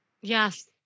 Yes